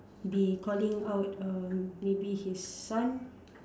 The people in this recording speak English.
be calling out um maybe his son